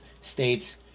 states